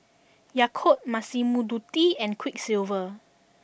Yakult Massimo Dutti and Quiksilver